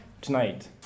tonight